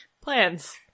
Plans